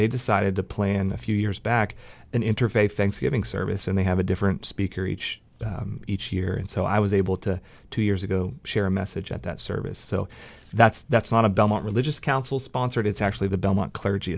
they decided to play in the few years back an interfaith thanksgiving service and they have a different speaker each each year and so i was able to two years ago share a message at that service so that's that's not a belmont religious council sponsored it's actually the belmont clergy